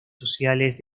sociales